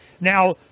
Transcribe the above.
Now